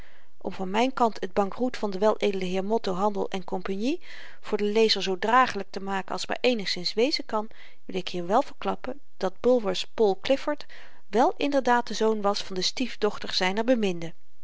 om van myn kant het bankroet van de weledele heeren motto handel cie voor den lezer zoo dragelyk te maken als maar eenigszins wezen kan wil ik hier wel verklappen dat bulwer's paul clifford wel inderdaad de zoon was van de stiefdochter zyner